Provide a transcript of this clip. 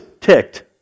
ticked